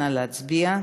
נא להצביע.